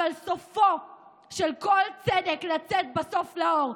אבל סופו של כל צדק לצאת בסוף לאור,